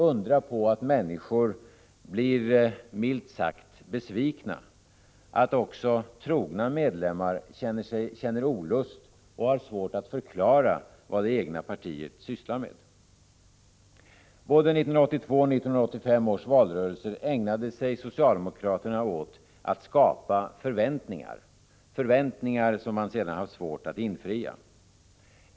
Undra på att människor blir milt sagt besvikna, att också trogna medlemmar känner olust och har svårt att förklara vad det egna partiet sysslar med. I både 1982 och 1985 års valrörelser ägnade sig socialdemokraterna åt att skapa förväntningar, förväntningar som man sedan haft svårt att infria.